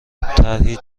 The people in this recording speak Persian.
طرحی